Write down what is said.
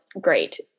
great